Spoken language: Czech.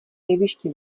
jevišti